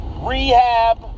Rehab